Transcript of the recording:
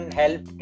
help